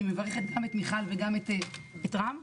אני מברכת גם את חברת הכנסת מיכל רוזין וגם את חבר הכנסת רם שפע,